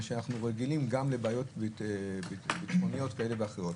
שאנחנו רגילים גם לבעיות ביטחוניות כאלה ואחרות.